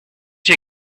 she